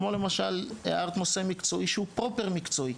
כמו למשל, הערת נושא מקצועי שהוא לחלוטין מקצועי.